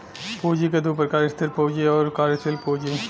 पूँजी क दू प्रकार स्थिर पूँजी आउर कार्यशील पूँजी